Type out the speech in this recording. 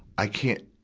i can't,